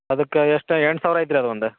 ಅದಕ್ಕೆ ಎಷ್ಟು ಎಂಟು ಸಾವಿರ ಆಯ್ತು ರೀ ಅದೊಂದು